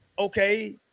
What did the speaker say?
okay